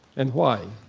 and why.